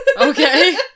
Okay